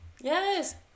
Yes